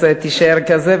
אז תישאר כזה,